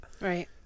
Right